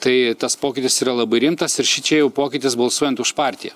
tai tas pokytis yra labai rimtas ir šičia jau pokytis balsuojant už partiją